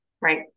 Right